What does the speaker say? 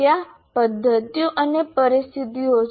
ત્યાં પદ્ધતિઓ અને પરિસ્થિતિઓ છે